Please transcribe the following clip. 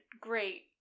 Great